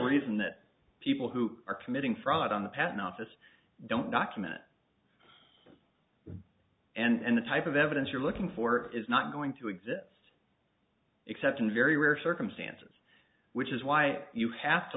reason that people who are committing fraud on the patent office don't document and the type of evidence you're looking for is not going to exist except in very rare circumstances which is why you have to